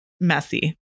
messy